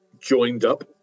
joined-up